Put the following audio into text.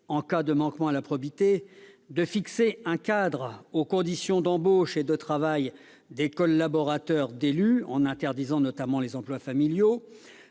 en cas de manquement à la probité, de fixer un cadre aux conditions d'embauche et de travail des collaborateurs d'élus, en interdisant notamment les emplois familiaux,